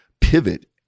pivot